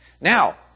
Now